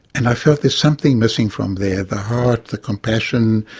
and i felt there's something missing from there, the heart, the compassion,